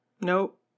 Nope